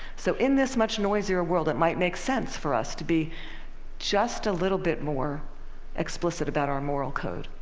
so in this much noisier world, it might make sense for us to be just a little bit more explicit about our moral code.